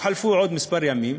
חלפו רק עוד כמה ימים,